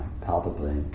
palpably